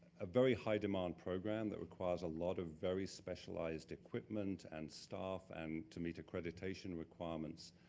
a very high demand program that requires a lot of very specialized equipment and staff and to meet accreditation requirements.